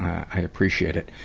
i appreciate it.